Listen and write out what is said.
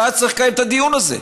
ואז צריך לקיים את הדיון הזה.